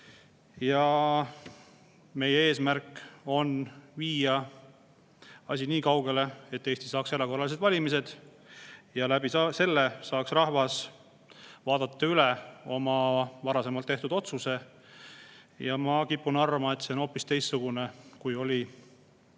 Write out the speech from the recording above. Ja meie eesmärk on viia asi niikaugele, et Eesti saaks erakorralised valimised ja selle kaudu saaks rahvas vaadata üle oma varasemalt tehtud otsuse. Ma kipun arvama, et see on hoopis teistsugune, kui oli